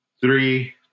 Three